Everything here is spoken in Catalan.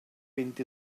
vint